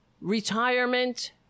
retirement